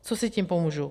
Co si tím pomůžu?